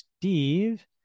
Steve